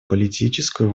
политическую